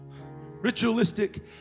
ritualistic